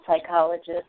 psychologist